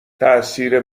تاثیر